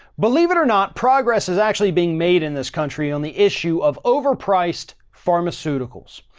believe it or not, progress is actually being made in this country on the issue of overpriced pharmaceuticals.